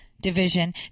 Division